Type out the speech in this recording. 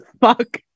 fuck